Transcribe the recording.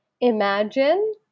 imagine